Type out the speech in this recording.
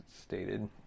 stated